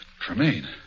Tremaine